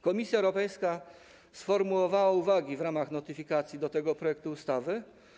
Komisja Europejska sformułowała uwagi w ramach notyfikacji tego projektu ustawy.